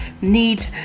need